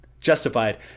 Justified